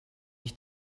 ich